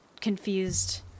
confused